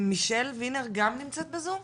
מישל וינר גם נמצאת בזום?